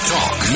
Talk